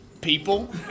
people